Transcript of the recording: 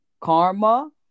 Karma